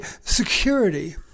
security